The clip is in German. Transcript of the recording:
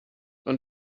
und